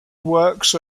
works